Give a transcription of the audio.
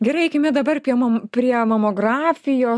gerai eikime dabar pie prie mamografijos